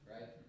Right